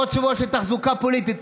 עוד שבוע של תחזוקה פוליטית,